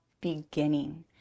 beginning